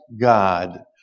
God